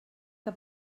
que